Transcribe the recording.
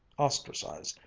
ostracised,